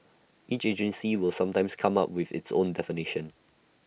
each agency will sometimes come up with its own definition